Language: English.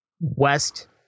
West